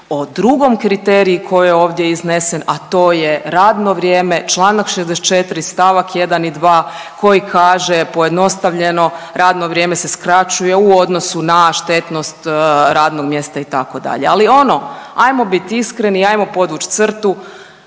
o drugom kriteriju koji je ovdje iznesen, a to je radno vrijeme članak 64. stavak 1. i 2. koji kaže pojednostavljeno: „Radno vrijeme se skraćuje u odnosu na štetnost radnog mjesta itd.“ Ali ono, hajmo bit iskreni i hajmo podvući crtu